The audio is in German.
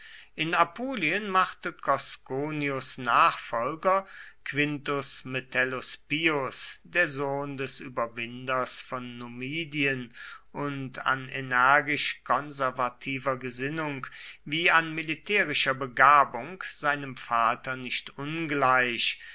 in apulien machte cosconius nachfolger quintus metellus pius der sohn des überwinders von numidien und an energisch konservativer gesinnung wie an militärischer begabung seinem vater nicht ungleich